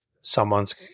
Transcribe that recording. someone's